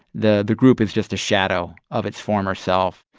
the the group is just a shadow of its former self,